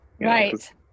right